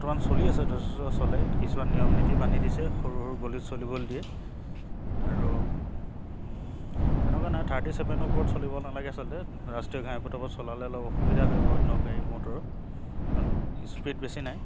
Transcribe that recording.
বৰ্তমান চলি আছে যথেষ্ট চলে কিছুমান নিয়ম নীতি বান্ধি দিছে সৰু সৰু গলিত চলিবলৈ দিয়ে আৰু তেনেকুৱা নাই থাৰ্টি ছেভেনৰ ওপৰত চলিব নালাগে আচলতে ৰাষ্ট্ৰীয় ঘাই পথৰ ওপৰত চলালে অলপ অসুবিধা হয় বা অন্য গাড়ী মটৰৰ কাৰণ স্পীড বেছি নাই